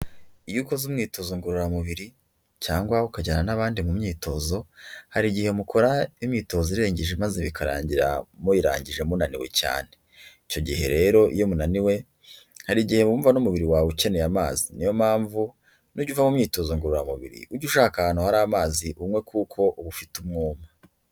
Iyo ukoze umwitozo ngororamubiri cyangwa ukajyana n'abandi mu myitozo hari igihe mukora imyitozo irengeje maze bikarangira mubirangije munaniwe cyane, icyo gihe rero iyo munaniwe hari igihe wumva n'umubiri wawe ukeneye amazi niyo mpamvu nujya uva mu myitozo ngororamubiri ujye ushaka ahantu hari amazi unywe kuko uba ufite umwuma.